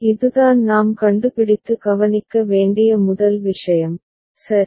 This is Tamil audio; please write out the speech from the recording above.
எனவே இதுதான் நாம் கண்டுபிடித்து கவனிக்க வேண்டிய முதல் விஷயம் சரி